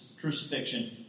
crucifixion